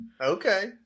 Okay